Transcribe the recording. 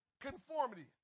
Conformity